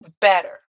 better